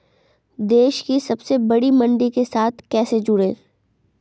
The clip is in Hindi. देश की सबसे बड़ी मंडी के साथ कैसे जुड़ें?